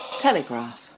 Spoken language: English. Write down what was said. telegraph